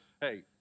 Hey